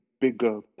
bigger